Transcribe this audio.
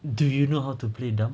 do you know how to play dam